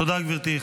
תודה, גברתי.